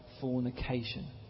fornication